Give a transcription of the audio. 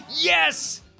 Yes